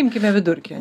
imkime vidurkį